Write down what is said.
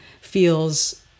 feels